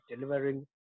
delivering